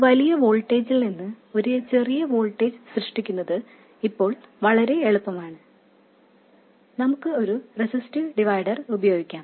ഒരു വലിയ വോൾട്ടേജിൽ നിന്ന് ഒരു ചെറിയ വോൾട്ടേജ് സൃഷ്ടിക്കുന്നത് ഇപ്പോൾ വളരെ എളുപ്പമാണ് നിങ്ങൾക്ക് ഒരു റെസിസ്റ്റീവ് ഡിവൈഡർ ഉപയോഗിക്കാം